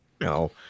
No